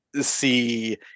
see